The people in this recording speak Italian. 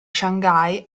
shanghai